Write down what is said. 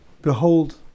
Behold